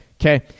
Okay